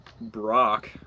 Brock